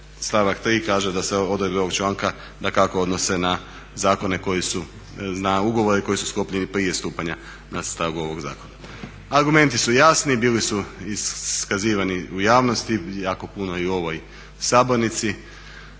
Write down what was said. stavak 3. kaže da se odredbe ovog članka dakako odnose na ugovore koji su sklopljeni prije stupanja na snagu ovog zakona. Argumenti su jasni, bili su iskazivani u javnosti, jako puno i u ovoj sabornici.